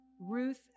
Ruth